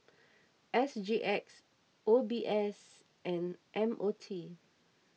S G X O B S and M O T